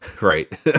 right